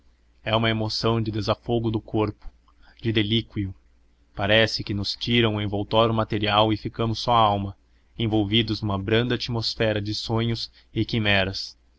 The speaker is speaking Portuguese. é uma emoção de desafogo do corpo de delíquio parece que nos tiram o envoltório material e ficamos só alma envolvidos numa branda atmosfera de sonhos e quimeras